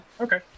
Okay